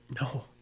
no